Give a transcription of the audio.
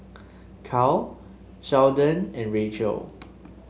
Cale Sheldon and Racheal